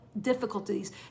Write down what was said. difficulties